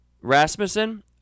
Rasmussen